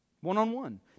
one-on-one